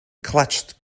clutched